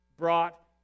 brought